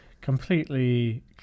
completely